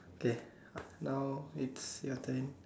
okay now it's your turn